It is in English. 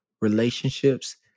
relationships